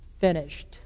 finished